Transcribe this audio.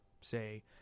say